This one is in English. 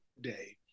day